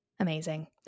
Amazing